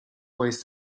ways